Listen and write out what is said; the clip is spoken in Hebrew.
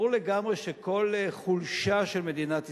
ברור לגמרי שכל חולשה של מדינת ישראל,